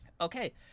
okay